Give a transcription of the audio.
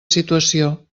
situació